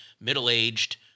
middle-aged